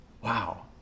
Wow